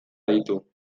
aditu